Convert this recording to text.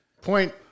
Point